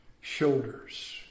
shoulders